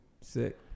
sick